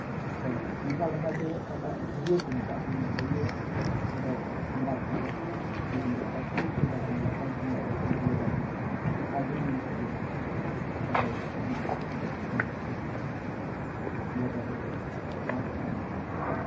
ᱛᱚ ᱚᱱᱠᱟ ᱞᱮᱠᱟᱛᱮ ᱚᱠᱟᱴᱟᱜ ᱵᱷᱟᱹᱨᱭᱟᱹ ᱠᱚ ᱢᱮᱛᱟᱜ ᱠᱟᱱ ᱵᱷᱟᱹᱨᱭᱟᱹ ᱫᱚ ᱵᱟᱫ ᱠᱟᱛᱮᱫ ᱛᱤᱦᱤᱧ ᱫᱚ ᱦᱚᱲ ᱥᱩᱡᱳᱜᱽ ᱥᱩᱵᱤᱛᱟ ᱠᱚ ᱧᱮᱞ ᱮᱫᱟ ᱠᱚᱢ ᱥᱚᱢᱚᱭ ᱨᱮ ᱡᱟᱛᱮ ᱡᱷᱟᱹᱞ ᱡᱟᱭᱜᱟᱭ ᱤᱫᱤ ᱫᱟᱲᱮᱭᱟᱜ ᱟᱨ ᱰᱷᱮᱨ ᱡᱤᱱᱤᱥᱮ ᱤᱫᱤ ᱫᱟᱲᱮᱭᱟᱜ ᱚᱱᱠᱟ ᱞᱮᱠᱟᱛᱮ ᱚᱱᱟ ᱠᱚ ᱡᱤᱱᱤᱥ ᱛᱤᱦᱤᱧ ᱫᱚ ᱵᱚᱫᱚᱞ ᱦᱮᱡ ᱠᱟᱱᱟ ᱟᱨ